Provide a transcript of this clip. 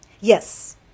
Yes